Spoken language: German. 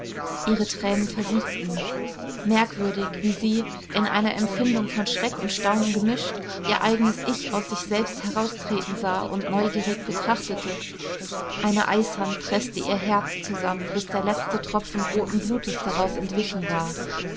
ihre tränen versiegten merkwürdig wie sie in einer empfindung von schreck und staunen gemischt ihr eigenes ich aus sich selbst heraustreten sah und neugierig betrachtete eine eishand preßte ihr herz zusammen bis der letzte tropfen roten blutes daraus entwichen war